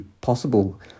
possible